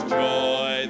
joy